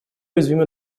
уязвимы